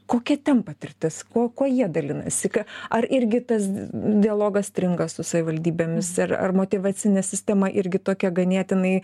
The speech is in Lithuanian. kokia ten patirtis kuo kuo jie dalinasi kad ar irgi tas dialogas stringa su savivaldybėmis ir ar motyvacinė sistema irgi tokia ganėtinai